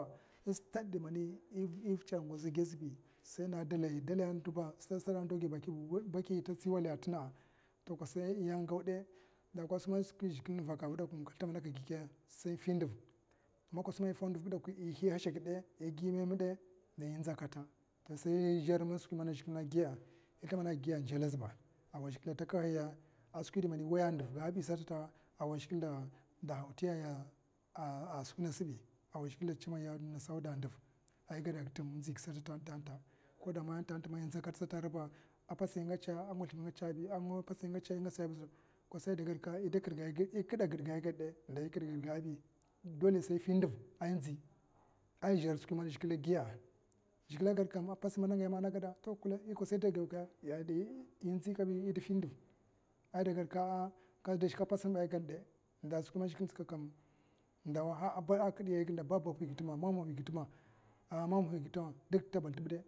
Istad dimani i vitsa a ngoza azibi dalihi dahaihi a taba bakihi ta tsi waliya a timga'a to kos yagodie kos man skwi zhikle invakakkava dakwa ka slimbada a ka gika sai infa ndiv ma kos mai tou ndiv bi khiya hashakid'de igiya memede ma inza kata sai man izhar skwi indi zhikle giya'a, i slimbada igaya'a, njalaziba zhikle takhaya a skwi indi mana waiya ndivgabi sata awai man igada tin inziga batata man nza tanta katata a patsun igwatsa'a, a ngwaslim igwatsabi kwasai dagedka ikida gidga i gad dai ikidda gidgabi dole sai iffi ndiv ai nzi a zhar skwi mana zhikle giya'a zhikle gwadkam man patsun mana ngaya nagada kos kla idagwake yadai inzikabi idafindiv ai da gedka a kada shka jotsumba ida gedd da skwi man zhikle intsukwa tkan a kidya ayiginda bababgahi ima mamahiga tima a mamga tima duk ta basiditabide.